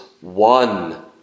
one